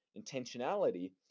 intentionality